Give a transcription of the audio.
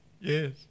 yes